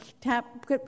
tap